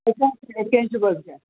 एक्याऐंशी बस घ्या